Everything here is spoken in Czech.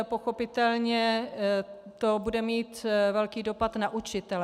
Pochopitelně to bude mít velký dopad na učitele.